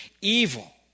evil